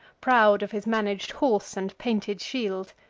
proud of his manag'd horse and painted shield.